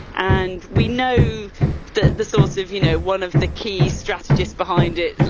and we know that the source of, you know, one of the key strategists behind it,